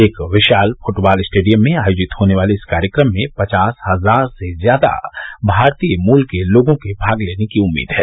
एक विशाल football stadium में आयोजित होने वाले इस कार्यक्रम में पचास हजार से ज्यादा भारतीय मूल के लोगो के भाग लेने की उम्मीद है